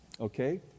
Okay